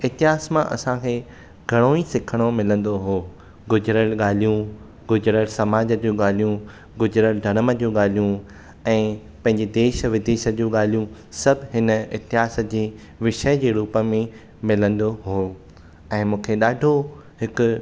इतिहास मां असांखे घणो ई सिखणु मिलंदो हो गुज़रियल ॻाल्हियूं गुज़रियल समाज जूं ॻाल्हियूं ॻुज़रियल धरम जूं ॻाल्हियूं ऐं पंहिंजे देश विदेश जूं ॻाल्हियूं सभु हिन इतिहास जे विषय जे रूप में मिलंदो हो ऐं मूंखे ॾाढो हिकु